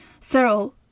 Cyril